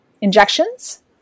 Injections